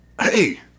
Hey